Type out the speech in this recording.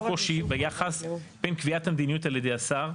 קושי ביחס בין קביעת המדיניות על-ידי השר,